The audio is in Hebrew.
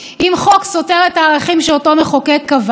אם חוק סותר את הערכים שאותו מחוקק קבע,